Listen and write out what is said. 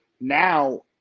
Now